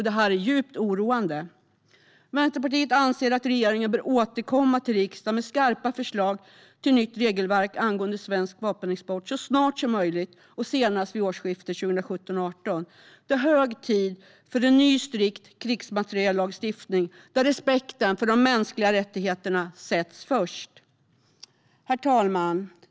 Detta är djupt oroande. Vänsterpartiet anser att regeringen bör återkomma till riksdagen med skarpa förslag till nytt regelverk angående svensk vapenexport så snart som möjligt och senast vid årsskiftet 2017/18. Det är hög tid för en ny strikt krigsmateriellagstiftning där respekten för de mänskliga rättigheterna sätts först. Herr talman!